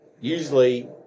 usually